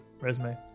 resume